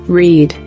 read